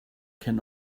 can